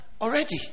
already